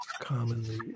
commonly